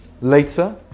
Later